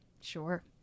Sure